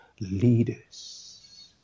leaders